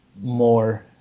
more